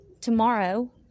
tomorrow